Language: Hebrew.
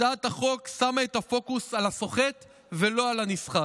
הצעת החוק שמה את הפוקוס על הסוחט ולא על הנסחט,